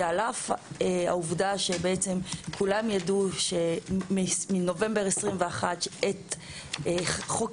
על אף העובדה שכולם ידעו מנובמבר 2021 שחוק